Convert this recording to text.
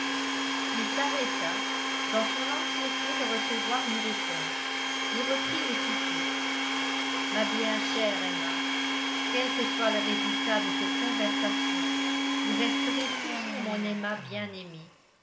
il s'arrêta dans son anxiété de recevoir une réponse et reprit aussitôt ma bien chère emma quel que soit le résultat de cette conversation vous resterez toujours mon emma bien-aimée